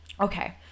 Okay